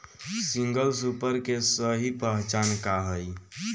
Single super के सही पहचान का हई?